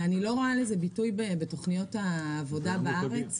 אני לא רואה לזה ביטוי בתכניות העבודה בארץ.